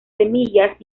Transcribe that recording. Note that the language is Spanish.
semillas